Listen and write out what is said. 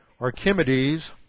Archimedes